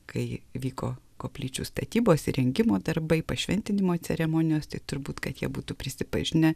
kai vyko koplyčių statybos įrengimo darbai pašventinimo ceremonijos tai turbūt kad jie būtų prisipažinę